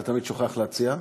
אתה תמיד שוכח להציע.